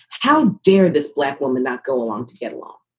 how dare this black woman not go along to get along?